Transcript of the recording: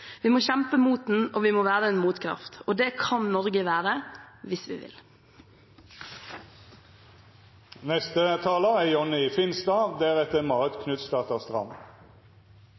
Vi må kjempe mot den og være en motkraft. Det kan Norge være – hvis vi vil. På toppen av Norge, som prikken over i-en, der ligger Nord-Norge. Nordområdene og nordområdepolitikken er